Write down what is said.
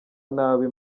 nabi